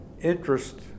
interest